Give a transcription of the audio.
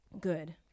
good